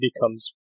becomes